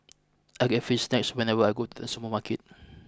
I get free snacks whenever I go to the supermarket